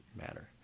matter